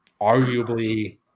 arguably